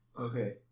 okay